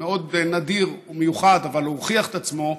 מאוד נדיר ומיוחד, אבל הוא הוכיח את עצמו.